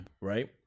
Right